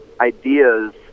ideas